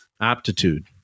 aptitude